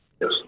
Yes